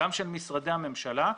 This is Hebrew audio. גם של משרדי הממשלה.